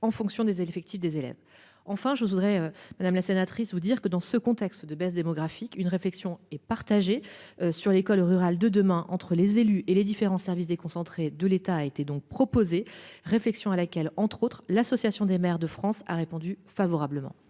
en fonction des effectifs des élèves enfin je voudrais Madame la sénatrice vous dire que dans ce contexte de baisse démographique. Une réflexion est partagé sur l'école rurale de demain entre les élus et les différents services déconcentrés de l'État a été donc proposer. Réflexion à laquelle entre autres l'Association des maires de France a répondu favorablement,